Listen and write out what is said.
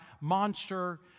monster